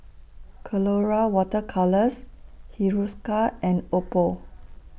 Colora Water Colours Hiruscar and Oppo